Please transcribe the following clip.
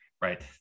right